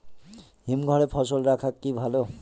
হিমঘরে ফসল রাখা কি ভালো?